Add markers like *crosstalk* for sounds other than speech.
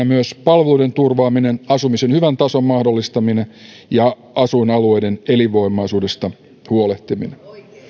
*unintelligible* myös palveluiden turvaaminen asumisen hyvän tason mahdollistaminen ja asuinalueiden elinvoimaisuudesta huolehtiminen